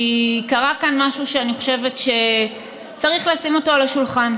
כי קרה כאן משהו שאני חושבת שצריך לשים אותו על השולחן.